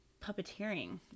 puppeteering